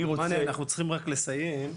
אנחנו צריכים לסיים.